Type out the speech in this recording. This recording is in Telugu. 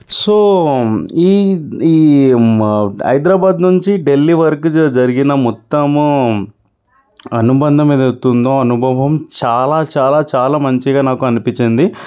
సో ఈ ఈ మ హైదరాబాదు నుంచి ఢిల్లీ వరకు జ జరిగిన మొత్తము అనుబంధం ఏదైతే ఉందో అనుభవం చాలా చాలా చాలా మంచిగా నాకు అనిపించింది